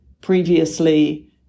previously